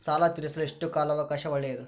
ಸಾಲ ತೇರಿಸಲು ಎಷ್ಟು ಕಾಲ ಅವಕಾಶ ಒಳ್ಳೆಯದು?